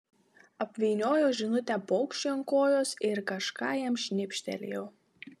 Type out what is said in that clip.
apvyniojo žinutę paukščiui ant kojos ir kažką jam šnibžtelėjo